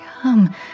Come